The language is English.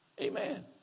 Amen